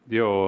io